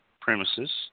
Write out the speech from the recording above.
premises